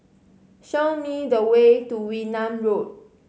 show me the way to Wee Nam Road